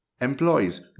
Employees